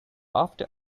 after